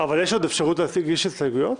יש עוד אפשרות להגיש הסתייגויות?